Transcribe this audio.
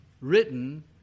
Written